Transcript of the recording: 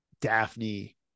Daphne